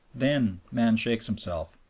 then man shakes himself,